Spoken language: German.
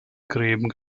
gräben